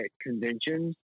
conventions